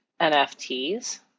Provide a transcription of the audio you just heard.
NFTs